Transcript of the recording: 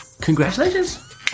congratulations